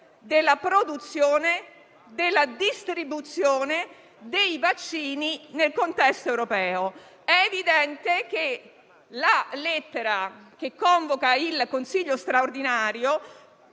della produzione e della distribuzione dei vaccini nel contesto europeo. È evidente che la lettera che convoca il Consiglio straordinario